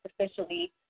officially